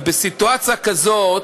ובסיטואציה כזאת,